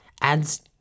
adds